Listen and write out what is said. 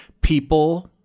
people –